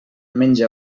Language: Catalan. menja